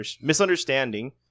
misunderstanding